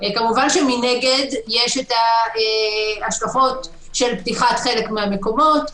כמובן שמנגד יש ההשלכות של פתיחת חלק מהמקומות,